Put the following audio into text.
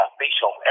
facial